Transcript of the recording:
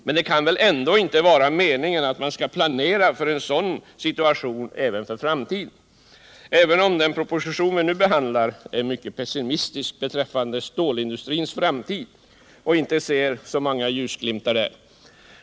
Men det kan väl ändå inte vara meningen att man skall planera för en sådan framtida situation, även om man i den proposition som vi nu behandlar är mycket pessimistisk beträffande stålindustrins framtid och inte ser så många ljusglimtar.